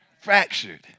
Fractured